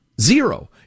Zero